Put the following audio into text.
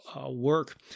work